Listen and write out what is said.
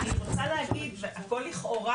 אני רוצה להגיד והכול לכאורה,